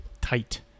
tight